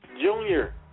Junior